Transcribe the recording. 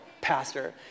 pastor